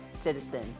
citizen